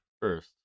first